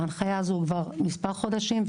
ההנחיה הזו היא כבר מספר חודשים.